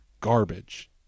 garbage